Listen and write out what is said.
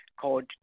called